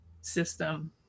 system